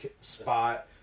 spot